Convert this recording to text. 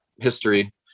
history